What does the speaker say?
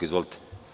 Izvolite.